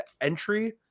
entry